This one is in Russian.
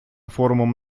форумом